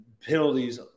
penalties